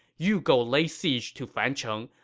you go lay siege to fancheng.